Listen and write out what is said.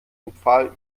empfahl